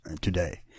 today